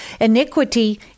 iniquity